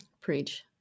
Preach